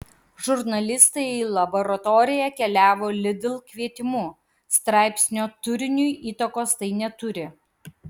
žurnalistai į laboratoriją keliavo lidl kvietimu straipsnio turiniui įtakos tai neturi